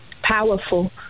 powerful